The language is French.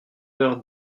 heures